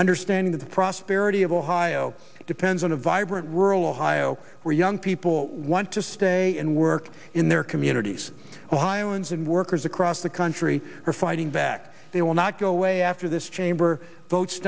understand the prosperity of ohio depends on a vibrant rural ohio where young people want to stay and work in their communities ohioans and workers across the country are fighting back they will not go away after this chamber